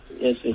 Yes